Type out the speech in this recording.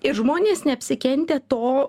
ir žmonės neapsikentę to